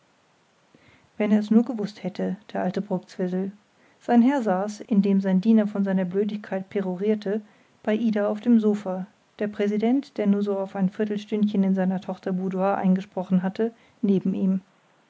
furchtsam wenn er es nur gewußt hätte der alte brktzwisl sein herr saß indem sein diener von seiner blödigkeit perorierte bei ida auf dem sofa der präsident der nur so auf ein viertelstündchen in seiner tochter boudoir eingesprochen hatte neben ihm